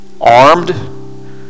armed